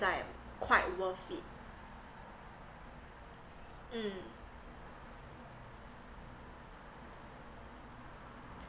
like quite worth it mm